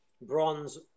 bronze